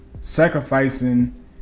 sacrificing